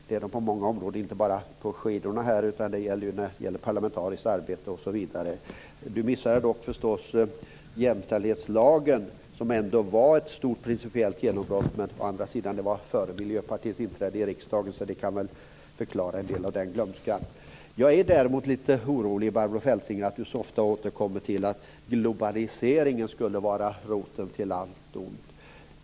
Det är de på många områden, inte bara på skidor, utan det gäller även parlamentariskt arbete. Barbro Feltzing missade dock jämställdhetslagen, som ändå var ett stort principiellt genombrott. Men det var före Miljöpartiets inträde i riksdagen så det kan förklara en del av den glömskan. Jag är däremot lite orolig över att Barbro Feltzing så ofta återkommer till att globaliseringen skulle vara roten till allt ont.